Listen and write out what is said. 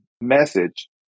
message